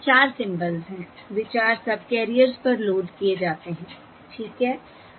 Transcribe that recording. चार सिंबल्स हैं वे चार सबकैरियर्स पर लोड किए जाते हैं ठीक है